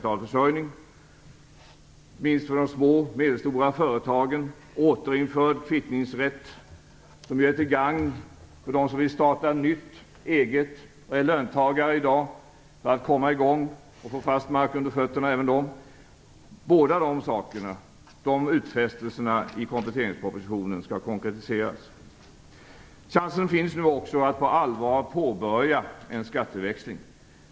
Det gäller överenskommelsen om ökad riskkapitalförsörjning, inte minst för de små och medelstora företagen, och återinförd kvittningsrätt, som ju är till gagn för dem som i dag är löntagare och vill starta eget; det är viktigt för att de skall komma i gång och få fast mark under fötterna. Chansen finns nu också att på allvar påbörja en skatteväxling.